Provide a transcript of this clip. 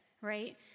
right